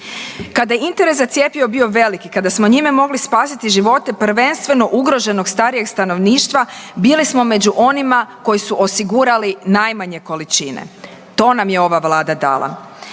Kada je interes za cjepivo bio velik i kada smo njime mogli spasiti živote, prvenstveno ugroženog starijeg stanovništva bili smo među onima koji su osigurali najmanje količine. To nam je ova Vlada dala.